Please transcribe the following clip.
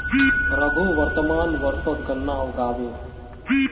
रघु वर्तमान वर्षत गन्ना उगाबे